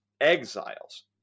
exiles